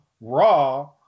Raw